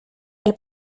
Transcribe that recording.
elle